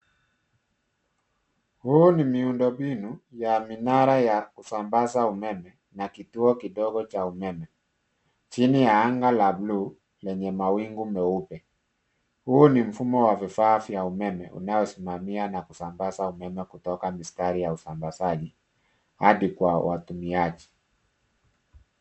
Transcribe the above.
Huu ni miundombinu ya minara ya kusambaza umeme na kituo kidogo cha umeme chini ya anga la bluu lenye mawingu meupe. Huu ni mfumo wa vifaa vya umeme unaosimamia na kusambaza umeme kutoka mistari ya usambazaji hadi kwa watumiaji.